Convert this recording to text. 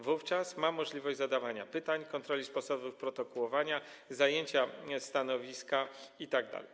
Wówczas ma możliwość zadawania pytań, kontroli sposobu protokołowania, zajęcia stanowiska itd.